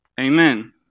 Amen